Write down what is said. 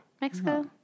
Mexico